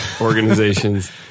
organizations